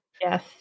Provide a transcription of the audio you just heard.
Yes